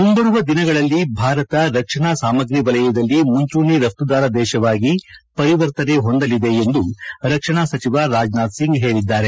ಮುಂಬರುವ ದಿನಗಳಲ್ಲಿ ಭಾರತ ರಕ್ಷಣಾ ಸಾಮಾಗ್ರಿ ವಲಯದಲ್ಲಿ ಮುಂಚೂಣಿ ರಫ್ತುದಾರ ದೇಶವಾಗಿ ಹೊರಹೊಮ್ಬಲಿದೆ ಎಂದು ರಕ್ಷಣಾ ಸಚಿವ ರಾಜ್ ನಾಥ್ ಸಿಂಗ್ ಹೇಳಿದ್ದಾರೆ